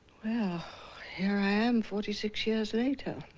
well here i am forty six years later.